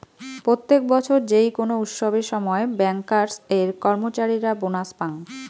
প্রত্যেক বছর যেই কোনো উৎসবের সময় ব্যাংকার্স এর কর্মচারীরা বোনাস পাঙ